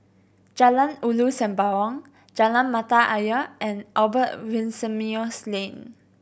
Jalan Ulu Sembawang Jalan Mata Ayer and Albert Winsemius Lane